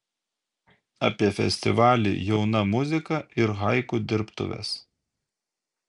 apie festivalį jauna muzika ir haiku dirbtuves